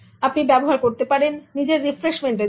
আপনি ব্যবহার করতে পারেন নিজের রিফ্রেশমেন্টের এর জন্য